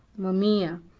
mamaea,